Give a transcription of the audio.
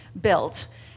built